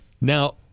now